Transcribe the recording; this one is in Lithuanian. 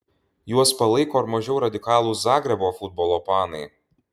juos palaiko ir mažiau radikalūs zagrebo futbolo fanai